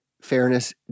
Fairness